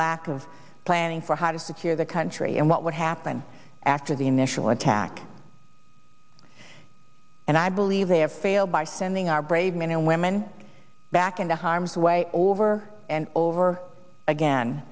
lack of planning for how to secure the country and what would happen after the initial attack and i believe they have failed by sending our brave men and women back into harm's way over and over again